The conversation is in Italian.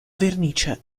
vernice